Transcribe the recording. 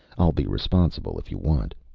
i'll be responsible, if you want.